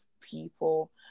people